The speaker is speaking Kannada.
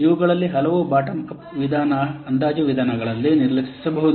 ಇವುಗಳಲ್ಲಿ ಹಲವು ಬಾಟಮ್ ಅಪ್ ಅಂದಾಜು ವಿಧಾನಗಳಲ್ಲಿ ನಿರ್ಲಕ್ಷಿಸಬಹುದು